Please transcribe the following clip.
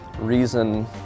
reason